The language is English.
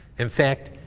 in fact,